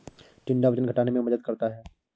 टिंडा वजन घटाने में मदद करता है